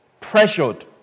pressured